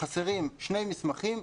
חסרים שני מסמכים,